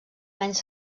menys